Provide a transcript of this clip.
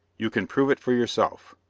you can prove it for yourself.